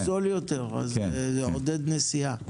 זה זול יותר, אז זה מעודד נסיעה.